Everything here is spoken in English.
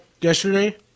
yesterday